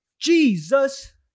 Jesus